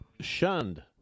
shunned